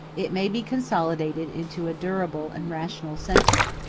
it may be consolidated into a durable and rational sentiment.